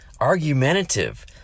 argumentative